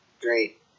Great